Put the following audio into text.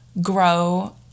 grow